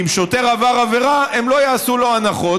שאם שוטר עבר עבירה הם לא יעשו לו הנחות,